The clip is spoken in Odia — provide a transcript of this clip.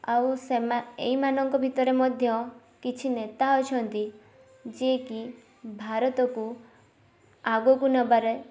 ଆଉ ସେମା ଏଇ ମାନଙ୍କ ଭିତରେ ମଧ୍ୟ କିଛି ନେତା ଅଛନ୍ତି ଯିଏକି ଭାରତକୁ ଆଗକୁ ନେବାରେ